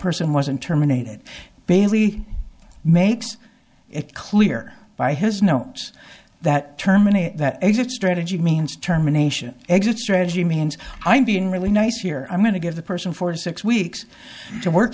person wasn't terminated bailey makes it clear by his now that terminate that exit strategy means terminations exit strategy means i'm being really nice here i'm going to give the person for six weeks to work